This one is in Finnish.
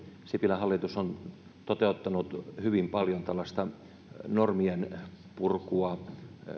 sipilän hallitus on toteuttanut hyvin paljon tällaista normien purkua